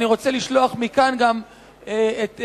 אני רוצה לשלוח מכאן את איחולי,